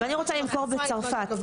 ואני רוצה למכור בצרפת.